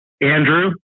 Andrew